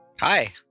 Hi